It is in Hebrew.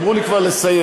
אמרו לי כבר לסיים.